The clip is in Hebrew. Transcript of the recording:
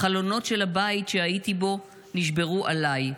החלונות של הבית שהייתי בו נשברו עליי.